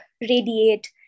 radiate